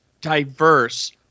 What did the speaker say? diverse